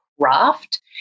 craft